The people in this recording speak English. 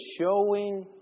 showing